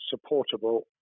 supportable